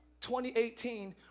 2018